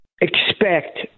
Expect